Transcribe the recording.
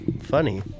funny